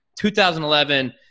2011